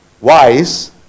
wise